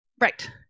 Right